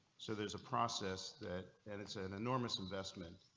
so there's a process that and it's an enormous investment.